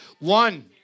One